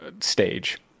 stage